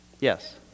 Yes